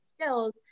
skills